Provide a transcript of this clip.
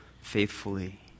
faithfully